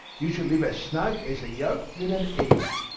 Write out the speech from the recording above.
you shall live as snug as the yolk in an egg.